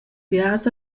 biars